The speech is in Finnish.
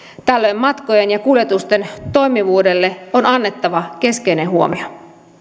tällöin matkojen ja kuljetusten toimivuudelle on annettava keskeinen huomio